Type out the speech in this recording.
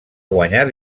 guanyar